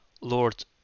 Lord